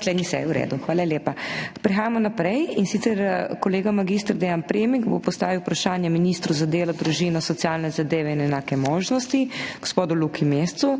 seji, v redu. Hvala lepa. Prehajamo naprej, in sicer bo kolega mag. Dean Premik postavil vprašanje ministru za delo, družino, socialne zadeve in enake možnosti, gospodu Luki Mescu.